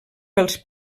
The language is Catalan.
pels